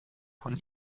von